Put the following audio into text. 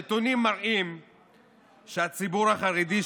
הנתונים מראים שהציבור החרדי,